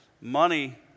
money